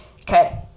okay